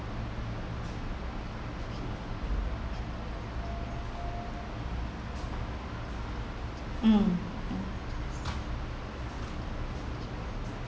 hmm